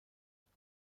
بیست